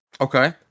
okay